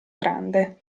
grande